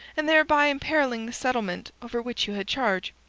and thereby imperiling the settlement over which you had charge.